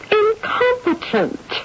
incompetent